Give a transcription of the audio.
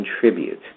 contribute